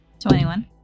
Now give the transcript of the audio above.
21